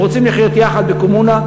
הם רוצים לחיות יחד בקומונה,